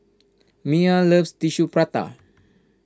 Miya loves Tissue Prata